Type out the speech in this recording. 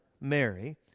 Mary